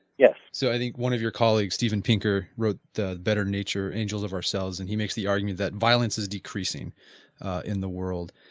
yes so, i think one of your colleagues steven pinker wrote the better nature angels of ourselves and he makes the arguments that violence is decreasing in the world.